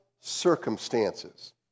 circumstances